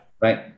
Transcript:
right